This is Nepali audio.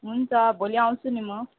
हुन्छ भोलि आउँछु नि म